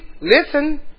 listen